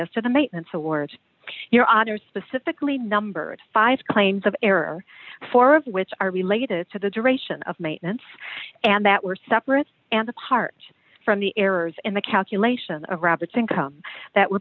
to the maintenance award your honor specifically numbered five claims of error four of which are related to the duration of maintenance and that were separate and apart from the errors in the calculation of robert's income that were